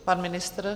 Pan ministr?